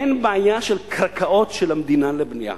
אין בעיה של קרקעות של המדינה לבנייה.